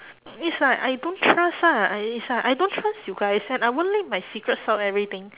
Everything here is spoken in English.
it's like I don't trust lah i~ is like I don't trust you guys and I won't leak my secrets out everything